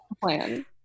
plan